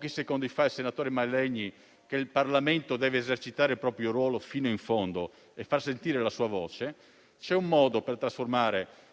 il senatore Mallegni, che il Parlamento deve esercitare il proprio ruolo fino in fondo e fare sentire la sua voce, c'è un modo per trasformare